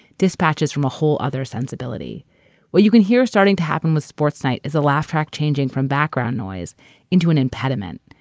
dispatches from a whole other sensibility what you could hear starting to happen with sports night is the laugh track changing from background noise into an impediment.